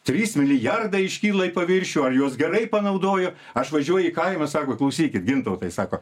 trys milijardai iškyla į paviršių ar juos gerai panaudojo aš važiuoju į kaimą sako klausykit gintautai sako